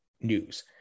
news